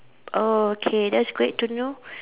oh okay that's great to know